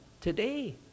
today